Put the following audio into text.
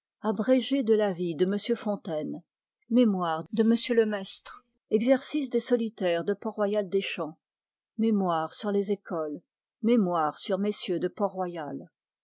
abrégé de la vie de m fontaine mémoire de m le maistre exercices des solitaires de port-royal des champs mémoires sur les écoles mémoires sur